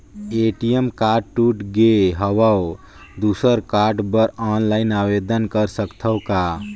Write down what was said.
ATM card टूट गे हववं दुसर कारड बर ऑनलाइन आवेदन कर सकथव का?